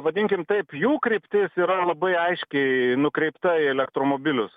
vadinkim taip jų kryptis yra labai aiškiai nukreipta į elektromobilius